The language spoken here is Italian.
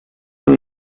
lui